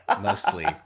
mostly